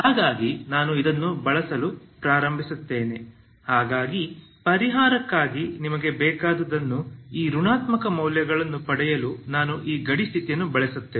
ಹಾಗಾಗಿ ನಾನು ಇದನ್ನು ಬಳಸಲು ಪ್ರಾರಂಭಿಸುತ್ತೇನೆ ಹಾಗಾಗಿ ಪರಿಹಾರಕ್ಕಾಗಿ ನಿಮಗೆ ಬೇಕಾದುದನ್ನು ಈ ಋಣಾತ್ಮಕ ಮೌಲ್ಯಗಳನ್ನು ಪಡೆಯಲು ನಾನು ಈ ಗಡಿ ಸ್ಥಿತಿಯನ್ನು ಬಳಸುತ್ತೇನೆ